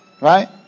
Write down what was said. right